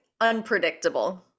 unpredictable